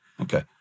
Okay